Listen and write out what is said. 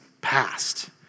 past